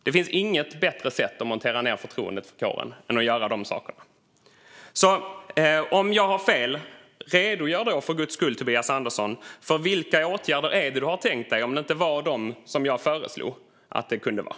Det finns inget bättre sätt att montera ned förtroendet för lärarkåren än att göra dessa saker. Om jag har fel, Tobias Andersson, redogör då för guds skull för vilka åtgärder det är du har tänkt dig om det inte är de som jag föreslår att det kan vara!